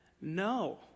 No